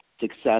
success